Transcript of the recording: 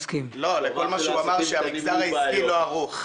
לכל מה שהוא אמר שהמגזר העסקי לא ערוך.